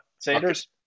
Sanders